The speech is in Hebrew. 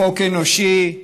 חוק אנושי.